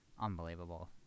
Unbelievable